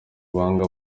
ubuhanga